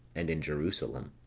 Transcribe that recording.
and in jerusalem.